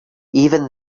even